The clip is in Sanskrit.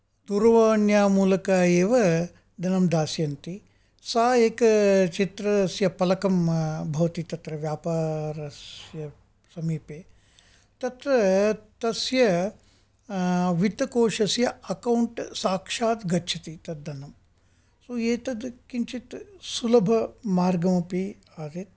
दूरवाण्या मूलक एव धनं दास्यन्ति सा एका चित्रस्य पलकं भवति तत्र व्यापारस्य समीपे तत्र तस्य वित्तकोशस्य अकौन्ट् साक्षात् गच्छति तद्धनम् एतद् किञ्चित् सुलभमार्गमपि आसीत्